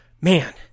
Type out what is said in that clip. man